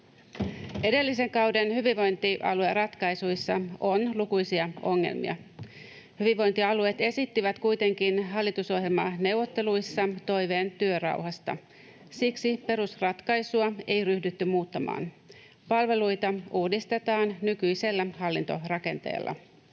Edellisen kauden hyvinvointialueratkaisuissa on lukuisia ongelmia. Hyvinvointialueet esittivät kuitenkin hallitusohjelmaneuvotteluissa toiveen työrauhasta. Siksi perusratkaisua ei ryhdytty muuttamaan. Palveluita uudistetaan nykyisellä hallintorakenteella.